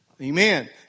Amen